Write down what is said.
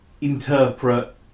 interpret